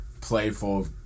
playful